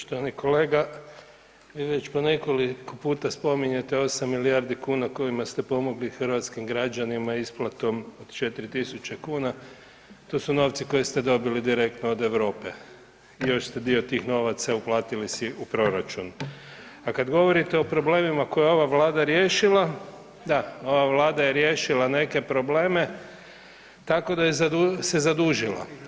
Poštovani kolega vi već po nekoliko puta spominjete 8 milijardi kuna kojima ste pomogli hrvatskim građanima isplatom od 4.000 kuna, to su novci koje ste dobili direktno od Europe i još ste dio tih novaca uplatiti si u proračun, a kad govorite o problemima koje je ova Vlada riješila, da ova Vlada je riješila neke probleme tako da je se zadužila.